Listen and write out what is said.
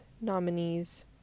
nominees